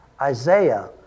Isaiah